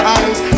eyes